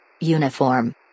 Uniform